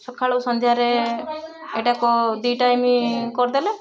ସକାଳୁ ସନ୍ଧ୍ୟାରେ ଏଇଟାକୁ ଦୁଇ ଟାଇମ୍ କରିଦେଲେ